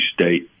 State